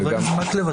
חבר הכנסת מקלב,